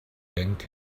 yanked